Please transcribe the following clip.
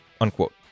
unquote